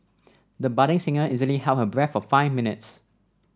the budding singer easily held her breath for five minutes